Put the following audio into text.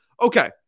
Okay